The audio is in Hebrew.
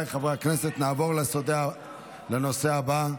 להלן תוצאות ההצבעה: